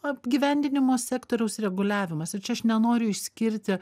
apgyvendinimo sektoriaus reguliavimas ir čia aš nenoriu išskirti